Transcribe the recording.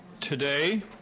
today